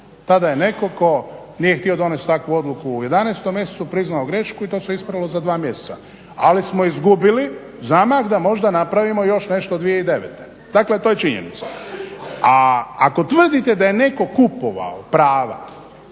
Tada je netko tko nije htio donijeti takvu odluku u 11. mjesecu priznao grešku i to se ispravilo za 2 mjeseca. Ali smo izgubili zamah da možda napravimo još nešto od 2009. Dakle, to je činjenica. A ako tvrdite da je netko kupovao prava